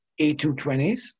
A220s